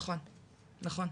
נכון, נכון.